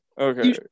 Okay